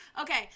Okay